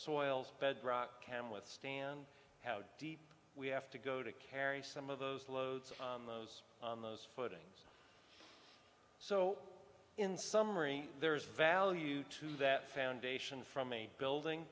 soils bedrock can withstand how deep we have to go to carry some of those loads on those on those footings so in summary there's value to that foundation from a building